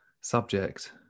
subject